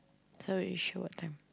so we show what time